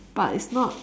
but it's not